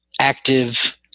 active